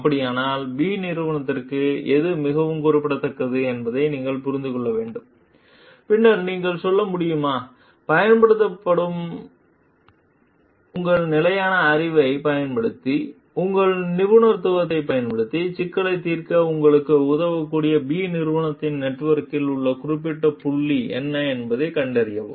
அப்படியானால் B நிறுவனத்திற்கு எது மிகவும் குறிப்பிட்டது என்பதை நீங்கள் புரிந்து கொள்ள வேண்டும் பின்னர் நீங்கள் சொல்ல முடியுமா பயன்படுத்தவும் உங்கள் நிலையான அறிவைப் பயன்படுத்தி உங்கள் நிபுணத்துவத்தைப் பயன்படுத்தி சிக்கலைத் தீர்க்க உங்களுக்கு உதவக்கூடிய B நிறுவனத்தின் நெட்வொர்க்கில் உள்ள குறிப்பிட்ட புள்ளிகள் என்ன என்பதைக் கண்டறியவும்